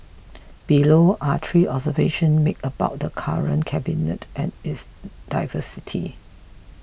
below are three observations made about the current cabinet and its diversity